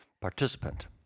participant